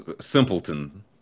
simpleton